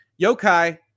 yokai